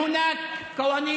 יש פה חוקים